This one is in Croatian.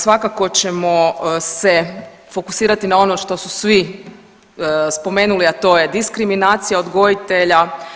Svakako ćemo se fokusirati na ono što su svi spomenuli, a to je diskriminacija odgojitelja.